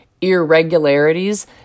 irregularities